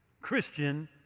Christian